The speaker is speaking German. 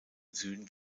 süden